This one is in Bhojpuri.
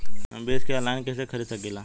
हम बीज के आनलाइन कइसे खरीद सकीला?